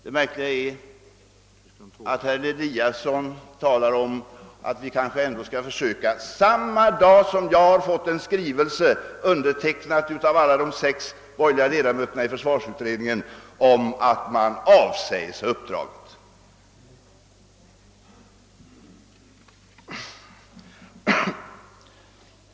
Det märkliga är att herr Eliasson talar om att vi kanske ändå skall försöka lösa frågan, samma dag som jag fått en skrivelse undertecknad av alla de sex borgerliga ledamöterna i försvarsutredningen — om att de avsäger sig uppdraget.